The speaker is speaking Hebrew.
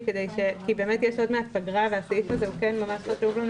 כי באמת עוד מעט יש פגרה והסעיף הזה הוא ממש חשוב?